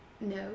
No